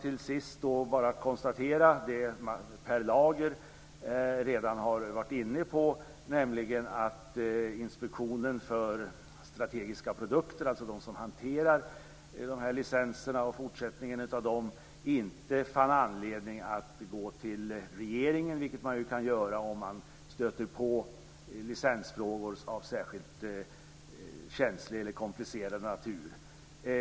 Till sist vill jag bara konstatera det som Per Lager redan har varit inne på, nämligen att Inspektionen för strategiska produkter, som hanterar dessa licenser och förlängningen av den, fann inte anledning att gå till regeringen, vilket man kan göra om man stöter på licensfrågor av särskilt känslig eller komplicerad natur.